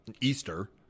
Easter